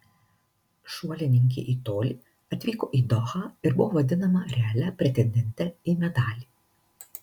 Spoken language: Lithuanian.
šuolininkė į tolį atvyko į dohą ir buvo vadinama realia pretendente į medalį